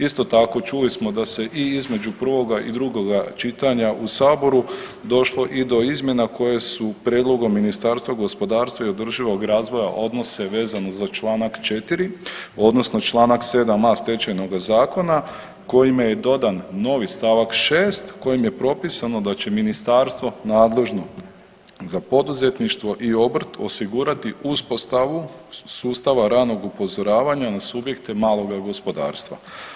Isto tako, čuli smo da se i između prvoga i drugoga čitanja u Saboru došlo i do izmjena koje su prijedlogom Ministarstva gospodarstva i održivoga razvoja odnose vezano za čl. 4, odnosno čl. 7a Stečajnoga zakona kojime je dodan novi st. 6 kojim je propisano da će ministarstvo nadležno za poduzetništvo i obrt osigurati uspostavu sustava ranog upozoravanja na subjekte maloga gospodarstva.